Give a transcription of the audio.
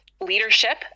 leadership